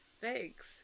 thanks